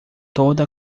toda